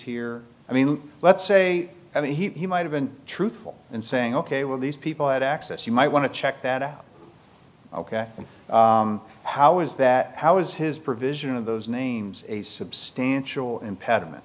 here i mean let's say i mean he might have been truthful and saying ok well these people had access you might want to check that out ok how is that how is his provision of those names a substantial impediment